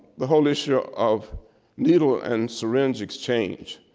the whole issue of needle and syringe exchange.